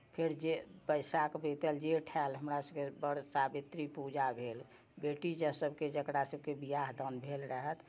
फेर जर बैसाख बीतल जेठ आएएल हमरासबके बट सावित्री पूजा भेल बेटीसब जकरा सबके बिआह दान भेल रहत